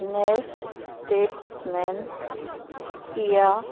nash statesman Kia